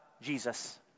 Jesus